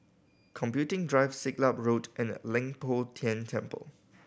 Computing Drive Siglap Road and Leng Poh Tian Temple